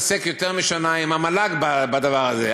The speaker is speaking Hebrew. כבר מתעסק יותר משנה עם המל"ג בדבר הזה.